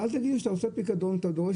אבל אל תגיד לו שאתה עושה פיקדון כי אתה דורש